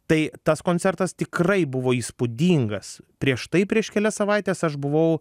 tai tas koncertas tikrai buvo įspūdingas prieš tai prieš kelias savaites aš buvau